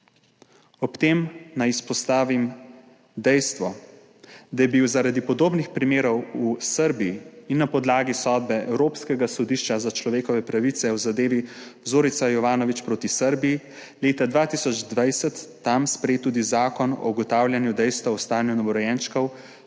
Ob tem naj izpostavim dejstvo, da je bil zaradi podobnih primerov v Srbiji in na podlagi sodbe Evropskega sodišča za človekove pravice v zadevi Zorica Jovanović proti Srbiji leta 2020 tam sprejet tudi zakon o ugotavljanju dejstev o stanju novorojenčkov,